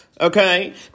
Okay